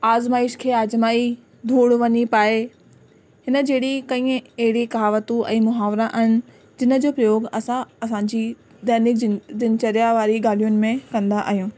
आज़माइश खे आज़माइ धूड़ वञी पाए हिन जहिड़ी कई कहावतूं ऐं मुहावरा आहिनि जंहिंजो प्रयोग असां असांजी दैनिक दिनचर्या वारी ॻाल्हियुनि में कंदा आहियूं